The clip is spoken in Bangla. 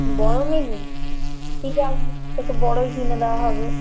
বড় নিবি ঠিক আছে তোকে বড়ই কিনে দেওয়া হবে